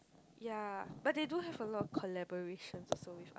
ya but they do have a lot of collaborations also with